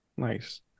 nice